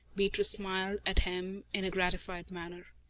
beatrice smiled at him in a gratified manner.